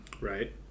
Right